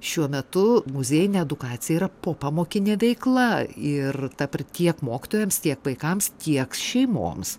šiuo metu muziejinė edukacija yra popamokinė veikla ir ta par tiek mokytojams tiek vaikams tiek šeimoms